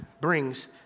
brings